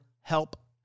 help